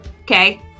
okay